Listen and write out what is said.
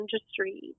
industry